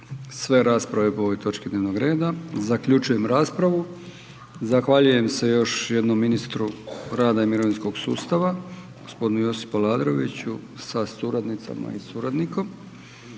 sve rasprave po ovoj točki dnevnog reda. Zaključujem raspravu. Zahvaljujem se još jednom ministru rada i mirovinskog sustava g. Josipu Aladroviću sa suradnicama i suradnikom